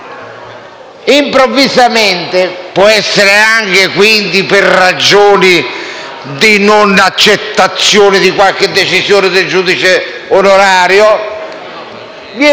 Improvvisamente, quindi può capitare anche per ragioni di non accettazione di qualche decisione del giudice onorario, viene